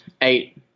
eight